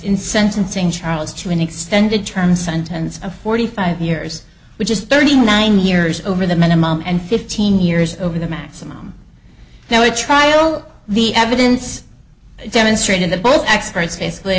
sentencing charles to an extended term sentence of forty five years which is thirty nine years over the minimum and fifteen years over the maximum now a trial the evidence demonstrated that both experts basically